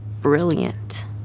brilliant